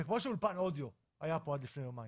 זה כמו שאולפן אודיו היה פה עד לפני יומיים,